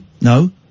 No